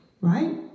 right